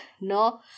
no